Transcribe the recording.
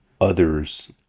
others